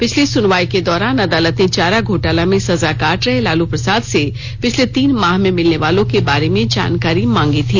पिछली सुनवाई के दौरान अदालत ने चारा घोटाला में सजा काट रहे लालू प्रसाद से पिछले तीन माह में मिलने वालों के बारे में जानकारी मांगी थी